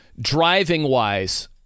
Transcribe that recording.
driving-wise